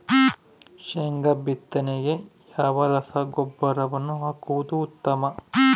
ಶೇಂಗಾ ಬಿತ್ತನೆಗೆ ಯಾವ ರಸಗೊಬ್ಬರವನ್ನು ಹಾಕುವುದು ಉತ್ತಮ?